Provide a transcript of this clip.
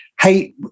Hey